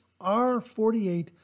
R48